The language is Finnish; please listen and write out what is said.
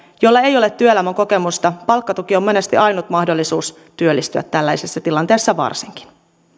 jolla ei ole työelämäkokemusta palkkatuki on monesti ainut mahdollisuus työllistyä tällaisessa tilanteessa varsinkin